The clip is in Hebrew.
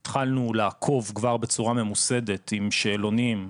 הזה התחלנו לעקוב כבר בצורה ממוסדת עם שאלונים,